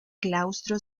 claustro